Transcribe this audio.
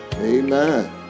Amen